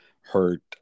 hurt